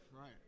Right